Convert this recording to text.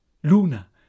Luna